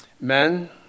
Men